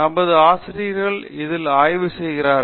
நமது ஆசிரியர்கள் அதில் ஆய்வு செய்கிறார்கள்